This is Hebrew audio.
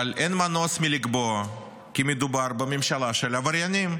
אבל אין מנוס מלקבוע כי מדובר בממשלה של עבריינים.